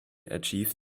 achieved